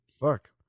fuck